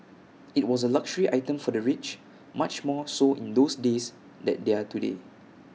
IT was A luxury item for the rich much more so in those days than they are today